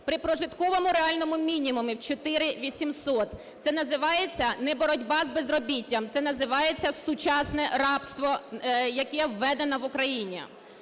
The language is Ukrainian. при прожитковому реальному мінімумі 4800. Це називається не боротьба з безробіттям - це називається сучасне рабство, яке введено в Україні.